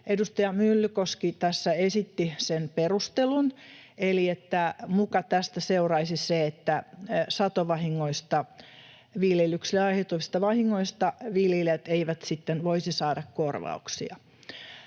Edustaja Myllykoski tässä esitti sen perustelun, eli että muka tästä seuraisi se, että satovahingoista, viljelyksille aiheutuvista vahingoista, viljelijät eivät sitten voisi saada korvauksia.